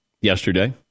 yesterday